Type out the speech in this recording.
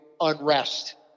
unrest